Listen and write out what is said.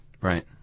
Right